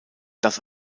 das